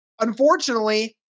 unfortunately